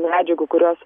medžiagų kurios